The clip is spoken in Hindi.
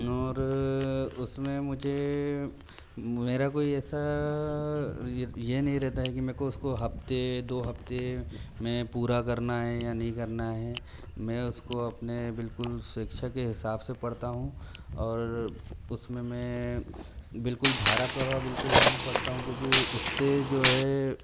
और उसमें मुझे मेरा कोई ऐसा ये नहीं रहता है कि मेरे को उसको हफ़्ते दो हफ़्ते में पूरा करना है या नहीं करना है मैं उसको अपने बिल्कुल स्वेच्छा के हिसाब से पढ़ता हूँ और उसमें मैं बिल्कुल धारा प्रवाह बिल्कुल नहीं पढ़ता हूँ क्योंकि उससे जो है